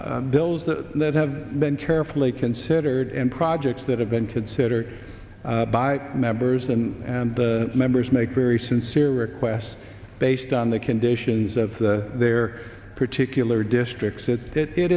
bills that have been carefully considered and projects that have been considered by members and members make very sincere requests based on the conditions of their particular districts that it